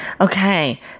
okay